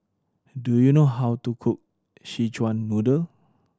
do you know how to cook Szechuan Noodle